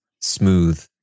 smooth